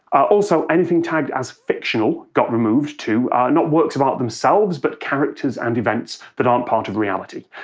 also, anything tagged as fictional got removed too not works of art themselves, but characters and events that aren't part of reality.